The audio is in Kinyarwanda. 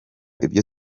ibyo